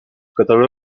catalogue